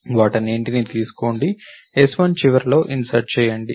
వాటన్నింటిని తీసుకోండి s1 చివరిలో insert చేయండి